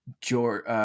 George